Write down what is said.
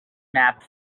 maps